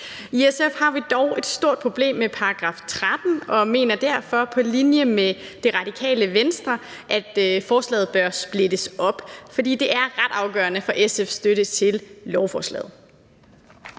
I SF har vi dog et stort problem med § 13 og mener derfor på linje med Det Radikale Venstre, at forslaget bør splittes op, for det er ret afgørende for SF's støtte til lovforslaget.